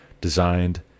designed